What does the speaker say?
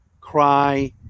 cry